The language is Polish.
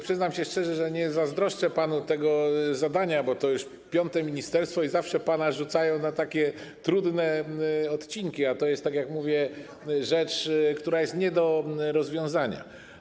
Przyznam szczerze, że nie zazdroszczę panu tego zadania, bo to już piąte ministerstwo i zawsze pana rzucają na takie trudne odcinki, a to jest, tak jak mówię, rzecz, która jest nie do rozwiązania.